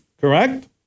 correct